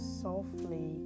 softly